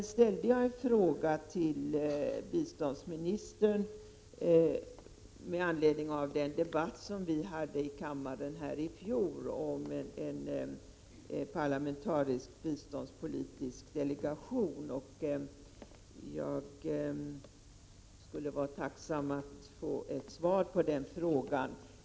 Jag ställde en fråga till biståndsministern med anledning av den debatt vi hade i kammaren i fjol om en parlamentarisk biståndspolitisk utredning. Jag skulle vara tacksam för att få svar på den frågan.